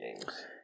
games